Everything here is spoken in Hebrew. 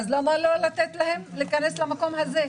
למה לא לתת להם להיכנס למקום הזה?